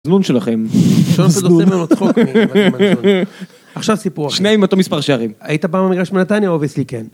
זלון שלכם, זלון, עכשיו סיפור, שניהם אותו מספר שערים, היית פעם במגרש בנתניה אובייסלי כן.